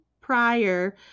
prior